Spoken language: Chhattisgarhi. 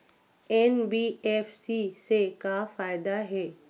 एन.बी.एफ.सी से का फ़ायदा हे?